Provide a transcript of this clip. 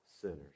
sinners